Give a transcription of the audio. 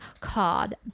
called